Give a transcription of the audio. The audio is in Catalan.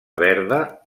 verda